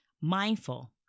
Mindful